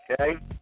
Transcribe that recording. Okay